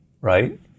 right